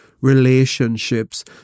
relationships